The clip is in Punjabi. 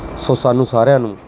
ਸੋ ਸਾਨੂੰ ਸਾਰਿਆਂ ਨੂੰ